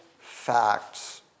facts